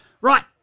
Right